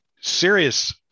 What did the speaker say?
serious